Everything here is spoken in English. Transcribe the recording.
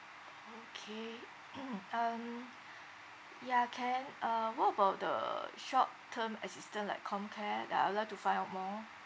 okay um ya can uh what about the short term assistance like comcare uh I would like to find out more